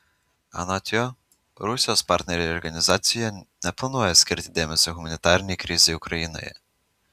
anot jo rusijos partneriai organizacijoje neplanuoja skirti dėmesio humanitarinei krizei ukrainoje